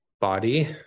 body